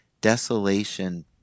Desolation